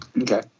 Okay